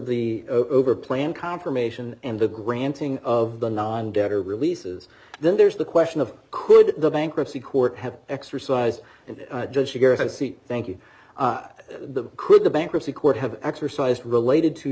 the over plan conformation and the granting of the non debtor releases then there's the question of could the bankruptcy court have exercised and thank you the could the bankruptcy court have exercised related to